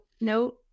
no